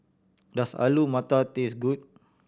does Alu Matar taste good